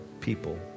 people